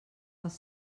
els